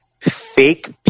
fake